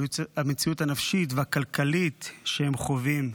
המציאות הנפשית והכלכלית שהם חווים.